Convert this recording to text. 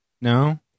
No